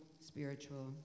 spiritual